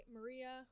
Maria